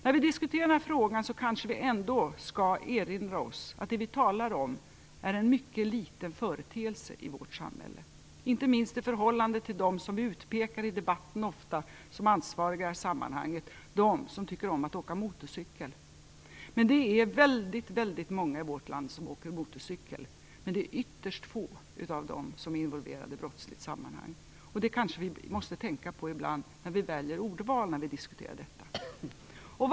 När vi diskuterar den här frågan kanske vi ändå skall erinra oss att det vi talar om är en mycket liten företeelse i vårt samhälle, inte minst i förhållande till dem som ofta blir utpekade i debatten som ansvariga, de som tycker om att åka motorcykel. Det är väldigt, väldigt många i vårt land som åker motorcykel, men det är ytterst få av dem som är involverade i brottsliga sammanhang. Därför kanske vi ibland måste tänka på vårt ordval när vi diskuterar dessa frågor.